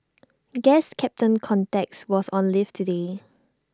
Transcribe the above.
guess captain context was on leave today